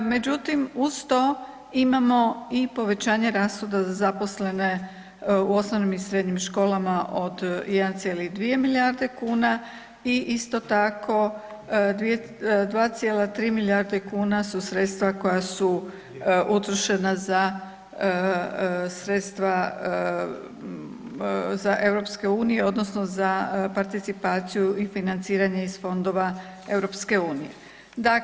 Međutim, uz to imamo i povećanje rashoda za zaposlene u osnovnim i srednjim školama od 1,2 milijarde kuna i isto tako 2,3 milijarde kuna su sredstva koja su utrošena za sredstva za EU odnosno za participaciju i financiranje iz Fondova EU-a.